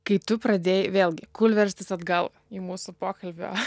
kai tu pradėjai vėlgi kūlverstis atgal į mūsų pokalbio